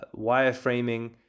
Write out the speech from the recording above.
wireframing